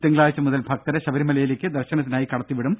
തിങ്കളാഴ്ച മുതൽ ഭക്തരെ ശബരിമലയിലേക്ക് ദർശനത്തിനായി കടത്തിവിടും